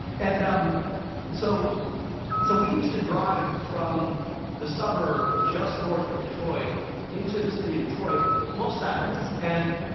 and um so so we used to drive from the suburb just north of detroit into the city to detroit most saturdays. and